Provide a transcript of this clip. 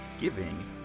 giving